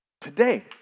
today